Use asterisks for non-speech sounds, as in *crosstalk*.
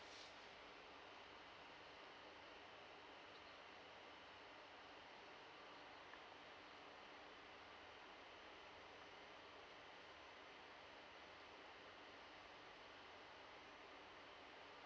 *noise*